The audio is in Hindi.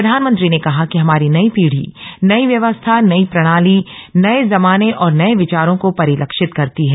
प्रधानमंत्री र्न कहा कि हमारी नई पीढी नई व्यवस्था नई प्रणाली नए जमाने और नए विचारों को परिलक्षित करती है